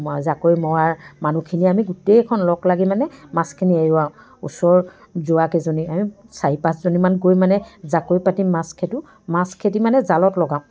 জাকৈ মৰাৰ মানুহখিনি আমি গোটেইখন লগ লাগি মানে মাছখিনি এৰুৱাওঁ ওচৰত যোৱাকেইজনী আমি চাৰি পাঁচজনীমান গৈ মানে জাকৈ পাতি মাছ খেদোঁ মাছ খেদি মানে জালত লগাওঁ